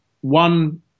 one